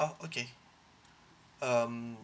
oh okay um